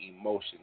emotions